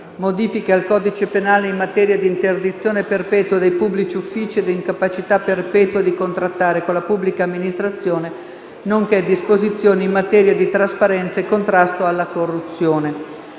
modifiche al codice penale in materia di interdizione perpetua dai pubblici uffici e di incapacità perpetua di contrattare con la pubblica amministrazione, nonché disposizioni in materia di trasparenza e contrasto alla corruzione.